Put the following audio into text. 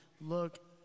look